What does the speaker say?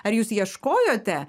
ar jūs ieškojote